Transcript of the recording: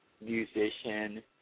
musician